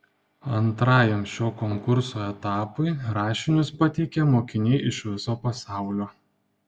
antrajam šio konkurso etapui rašinius pateikia mokiniai iš viso pasaulio